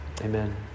Amen